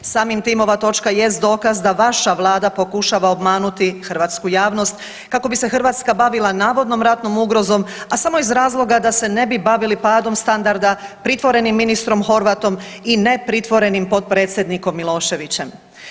Samim tim ova točka jest dokaz da vaša vlada pokušava obmanuti hrvatsku javnost kako bi se Hrvatska bavila navodnom ratnom ugrozom, a samo iz razloga da se ne bi bavili padom standarda, pritvorenim ministrom Horvatom i ne pritvorenim potpredsjednikom Miloševićem.